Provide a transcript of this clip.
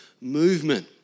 movement